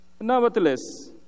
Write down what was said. nevertheless